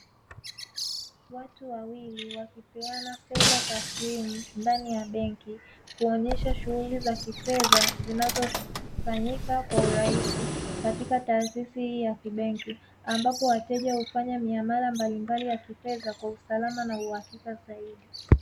Watu wawili wakipeana fedha taslimu ndani ya benki, kuonyesha shughuli za kifedha zinazo fanyika kwa urahisi katika taasisi hii ya kibenki, ambapo wateja hufanya miamala mbalimbali ya kifedha kwa usalama na uhakika zaidi.